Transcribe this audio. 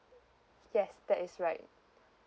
yes that is right